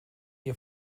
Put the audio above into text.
ihr